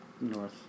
North